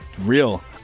Real